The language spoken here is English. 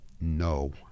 no